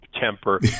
temper